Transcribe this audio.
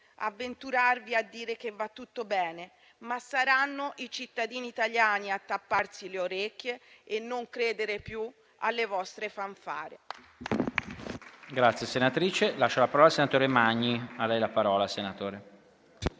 avventurarsi a dire che va tutto bene, ma saranno i cittadini italiani a tapparsi le orecchie e non credere più alle loro fanfare.